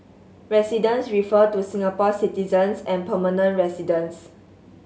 residents refer to Singapore citizens and permanent residents